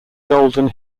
golden